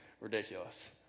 ridiculous